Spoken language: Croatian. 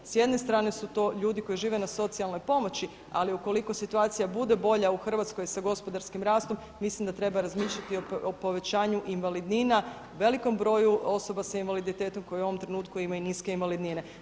S jedne strane su to ljudi koji žive na socijalnoj pomoći, ali ukoliko situacija bude bolja u Hrvatskoj sa gospodarskim rastom mislim da treba razmišljati o povećanju invalidnina velikom broju osoba sa invaliditetom koji u ovom trenutku imaju niske invalidnine.